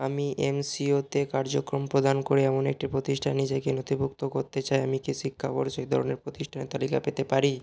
আমি এমসিওতে কার্যক্রম প্রদান করে এমন একটি প্রতিষ্ঠানে নিজেকে নথিভুক্ত করতে চাই আমি কি শিক্ষাবর্ষ এই ধরনের প্রতিষ্ঠানের তালিকা পেতে পারি